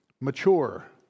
mature